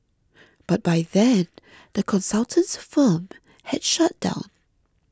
but by then the consultant's firm had shut down